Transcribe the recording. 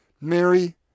Mary